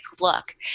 look